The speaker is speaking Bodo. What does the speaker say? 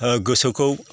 ओ गोसोखौ